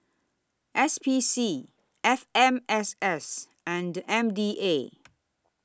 S P C F M S S and M D A